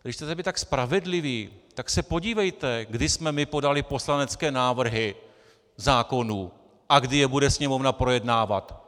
Když chcete být tak spravedliví, tak se podívejte, kdy jsme my podali poslanecké návrhy zákonů a kdy je bude Sněmovna projednávat.